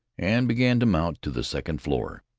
and began to mount to the second floor.